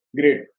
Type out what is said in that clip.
great